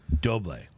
Doble